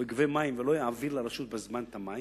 או יגבה מים ולא יעביר לרשות בזמן את המים,